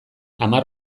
hamar